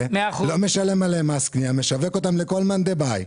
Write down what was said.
לא משלם עליהם מס קנייה, משווק אותם לכל מאן דבעי.